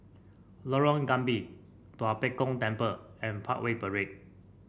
Lorong Gambir Tua Pek Kong Temple and Parkway Parade